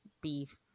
beef